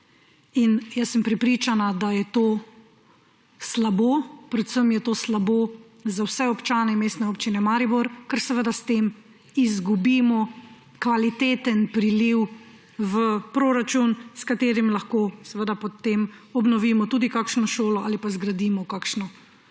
In jaz sem prepričana, da je to slabo, predvsem je to slabo za vse občane Mestne občine Maribor, ker seveda s tem izgubimo kvaliteten priliv v proračun, s katerim lahko seveda potem obnovimo tudi kakšno šolo ali pa zgradimo kakšno